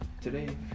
today